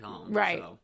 Right